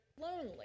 lonely